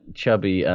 chubby